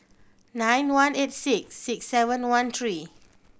nine one eight six six seven one three